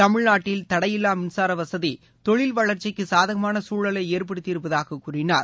தமிழ்நாட்டில் தடையில்லா மின்சார வசதி தொழில் வளர்ச்சிக்கு சாதகமான சூழலை ஏற்படுத்தி இருப்பதாக கூறினார்